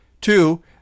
Two